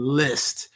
list